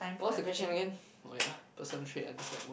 what's the question again oh ya personal trait I dislike the most